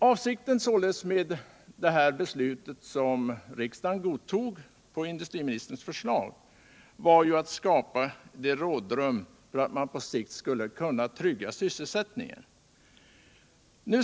Avsikten med det beslut som riksdagen fattade på industriministerns förslag var sålunda att skapa ett rådrum för att man på sikt skulle kunna trygga sysselsättningen.